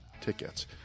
tickets